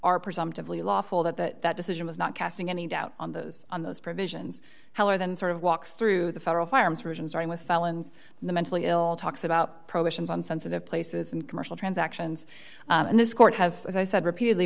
lawful that that decision was not casting any doubt on those on those provisions heller then sort of walks through the federal firearms version starting with felons the mentally ill talks about prohibitions on sensitive places and commercial transactions and this court has as i said repeatedly